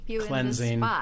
cleansing